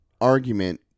argument